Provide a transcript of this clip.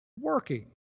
working